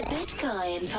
Bitcoin